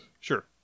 sure